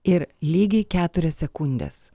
ir lygiai keturias sekundes